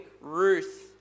Ruth